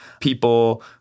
people